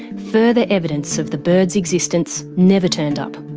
further evidence of the bird's existence never turned up.